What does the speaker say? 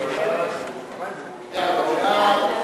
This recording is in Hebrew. חוק הנכים